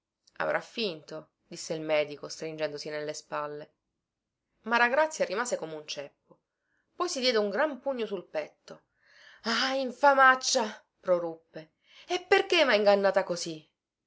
avrà finto disse il medico stringendosi nelle spalle maragrazia rimase come un ceppo poi si diede un gran pugno sul petto ah infamaccia proruppe e perché mha ingannata così